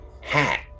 hat